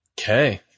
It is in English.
Okay